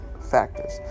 factors